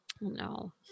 No